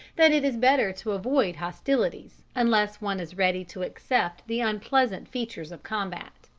that it is better to avoid hostilities unless one is ready to accept the unpleasant features of combat.